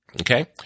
Okay